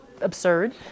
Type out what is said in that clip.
absurd